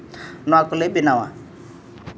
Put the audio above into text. ᱱᱚᱣᱟ ᱠᱚᱞᱮ ᱵᱮᱱᱟᱣᱟ